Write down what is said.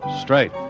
Straight